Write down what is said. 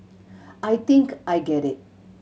I think I get it